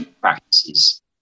practices